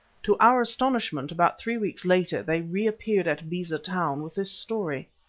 to our astonishment about three weeks later they reappeared at beza town with this story.